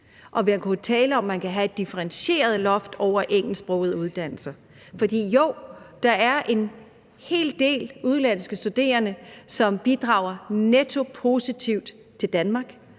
og man kunne jo tale om, at man kunne have et differentieret loft over engelsksprogede uddannelser. For jo, der er en hel del udenlandske studerende, som bidrager nettopositivt til Danmark,